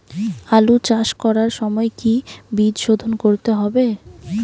আলু চাষ করার সময় কি বীজ শোধন করতে হবে?